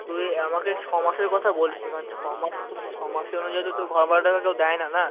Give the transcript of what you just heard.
তুই আমাকে ছ মাসের কথা বলিস নি কারণ ছ মাস কথা ছ মাসের অনুযায়ী তো তোর ঘর ভাড়াটা তো কেউ দেয় না না